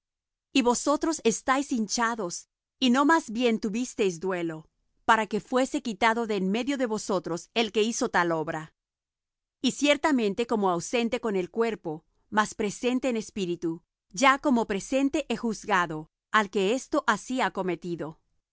y vosotros estáis hinchados y no más bien tuvisteis duelo para que fuese quitado de en medio de vosotros el que hizo tal obra y ciertamente como ausente con el cuerpo mas presente en espíritu ya como presente he juzgado al que esto así ha cometido